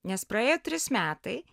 nes praėjo trys metai